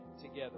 together